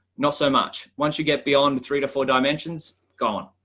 not so much once you get beyond three to four dimensions gone.